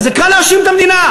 אז זה קל להאשים את המדינה.